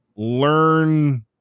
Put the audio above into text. learn